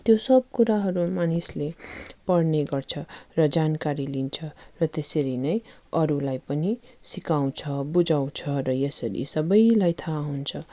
त्यो सब कुराहरू मानिसले पढने गर्छ र जानकारी लिन्छ र त्यसरी नै अरूलाई पनि सिकाउँछ बुझाउँछ र यसरी यी सबैलाई थाहा हुन्छ